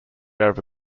over